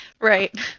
Right